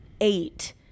eight